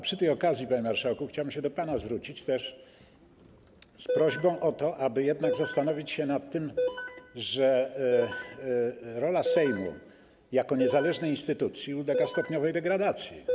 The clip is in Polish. Przy tej okazji, panie marszałku, chciałbym się do pana zwrócić z prośbą o to, aby zastanowić się nad tym, że rola Sejmu jako niezależnej instytucji ulega stopniowej degradacji.